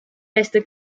reste